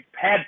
pad